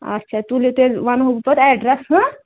آچھا تُلِو تیٚلہِ وَنو بہٕ پَتہٕ اٮ۪ڈرَس ہہ